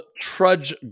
Trudge